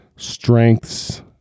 strengths